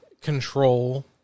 control